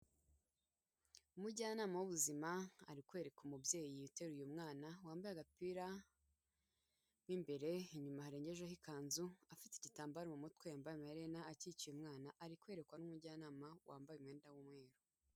Umujyanama w'ubuzima ari kwereka umubyeyi uteruye umwana wambaye agapira mo imbere hanyuma harengejeho ikanzu, afite igitambaro mu mutwe wambaye amaherena akikiye umwana ari kwerekwa n'umujyanama wambaye umwenda w'umweru.